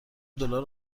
دلار